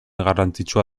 garrantzitsua